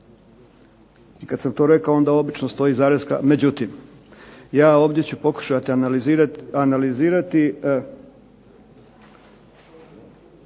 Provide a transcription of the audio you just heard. I kad sam to rekao onda obično stoji zareska međutim. Ja ovdje ću pokušati analizirati